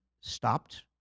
stopped